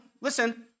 listen